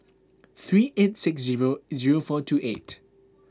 three eight six zero zero four two eight